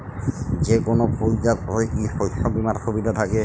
যেকোন ফুল চাষে কি শস্য বিমার সুবিধা থাকে?